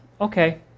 Okay